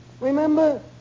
Remember